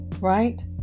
right